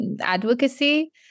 advocacy